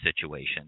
situation